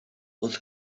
wrth